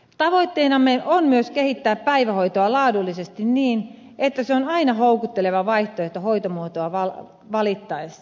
tavoitteenamme on myös kehittää päivähoitoa laadullisesti niin että se on aina houkutteleva vaihtoehto hoitomuotoa valittaessa